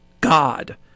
god